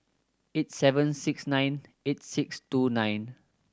eight seven six nine eight six two nine